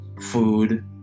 food